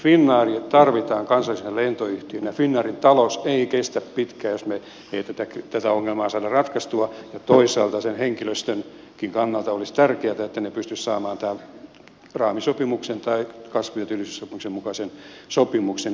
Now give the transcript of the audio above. finnairia tarvitaan kansallisena lentoyhtiönä finnairin talous ei kestä pitkään jos me emme tätä ongelmaa saa ratkaistua ja toisaalta sen henkilöstönkin kannalta olisi tärkeää että ne pystyisivät saamaan raamisopimuksen tai kasvu ja työllisyyssopimuksen mukaisen sopimuksen